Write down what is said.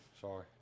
sorry